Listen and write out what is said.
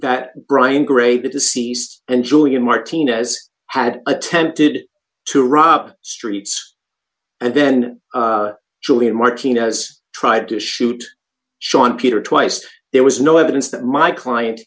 that brian great to see east and julian martinez had attempted to rob streets and then julian martinez tried to shoot sean peter twice there was no evidence that my client